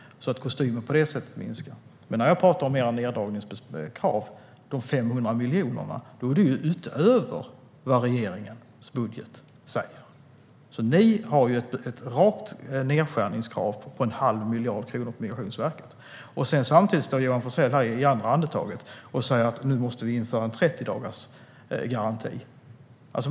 Kostymen minskar på det sättet. Men jag pratar om era neddragningskrav. Det är 500 miljoner utöver vad regeringens budget säger. Ni har alltså ett rakt nedskärningskrav, på en halv miljard kronor, på Migrationsverket. Johan Forssell säger i samma andetag: Nu måste vi införa en 30-dagarsgaranti.